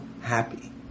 happy